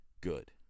good